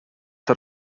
had